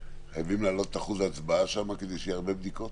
חייבים להעלות את אחוז ההצבעה שם כדי שיהיו הרבה בדיקות.